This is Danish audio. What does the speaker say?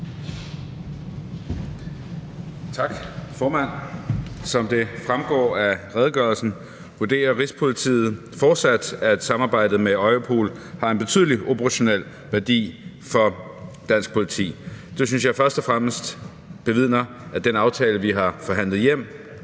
Tak, formand. Som det fremgår af redegørelsen, vurderer Rigspolitiet fortsat, at samarbejdet med Europol har en betydelig operationel værdi for dansk politi. Det synes jeg først og fremmest bevidner, at den aftale, vi har forhandlet hjem,